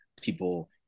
people